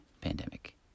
pandemic